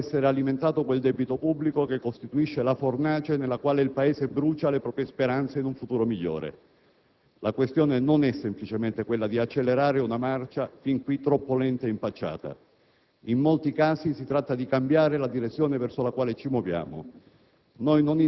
continua ad essere alimentato quel debito pubblico che costituisce la fornace nella quale il Paese brucia le proprie speranze in un futuro migliore. La questione non è semplicemente quella di accelerare una marcia fin qui troppo lenta e impacciata. In molti casi si tratta di cambiare la direzione verso la quale ci muoviamo.